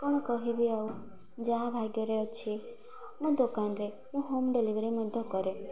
କ'ଣ କହିବି ଆଉ ଯାହା ଭାଗ୍ୟରେ ଅଛି ମୋ ଦୋକାନରେ ମୁଁ ହୋମ୍ ଡେଲିଭରି ମଧ୍ୟ କରେ